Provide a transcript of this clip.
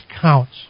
counts